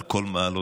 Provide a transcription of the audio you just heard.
על כל מעלותייך,